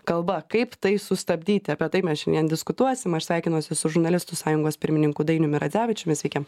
kalba kaip tai sustabdyti apie tai mes šiandien diskutuosim aš sveikinuosi su žurnalistų sąjungos pirmininku dainiumi radzevičiumi sveiki